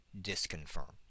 disconfirm